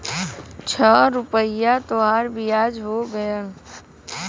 छह रुपइया तोहार बियाज हो गएल